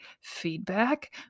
feedback